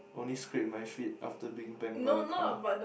only scrape my feet after being bang by a car